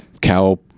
cow